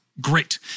Great